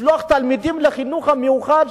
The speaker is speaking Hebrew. לשלוח תלמידים לחינוך המיוחד,